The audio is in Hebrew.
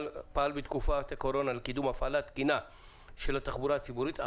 בתקופת הקורונה לקידום הפעלה תקינה של התחבורה הציבורית,